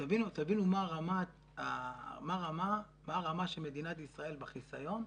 שתבינו מה הרמה של מדינת ישראל בחיסיון,